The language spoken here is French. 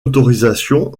autorisation